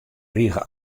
rige